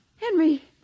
Henry